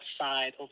outside